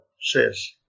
says